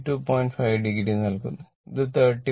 5 o ലഭിക്കുന്നു ഇത് 30